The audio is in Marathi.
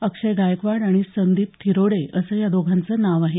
अक्षय गायकवाड आणि संदीप थिरोडे असं या दोघांचं नाव आहे